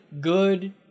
good